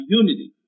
unity